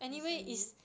recently